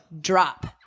drop